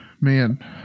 man